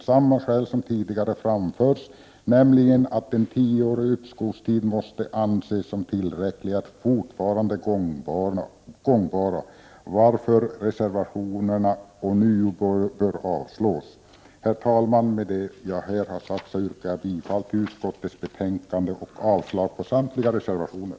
Samma skäl som tidigare framförts, nämligen att en tioårig uppskovstid måste anses som tillräcklig, är fortfarande gångbart, varför reservationerna ånyo bör avslås. Herr talman! Med det jag här har sagt yrkar jag bifall till utskottets hemställan och avslag på samtliga reservationer.